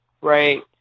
right